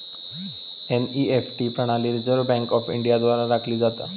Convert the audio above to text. NEFT प्रणाली Reserve Bank of India द्वारा राखली जाता